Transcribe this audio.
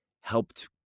helped